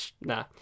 nah